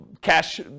cash